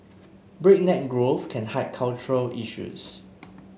breakneck growth can hide cultural issues